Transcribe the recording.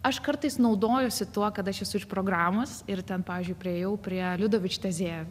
aš kartais naudojuosi tuo kad aš esu iš programos ir ten pavyzdžiui priėjau prie liudo vičtezė